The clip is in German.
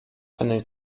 einen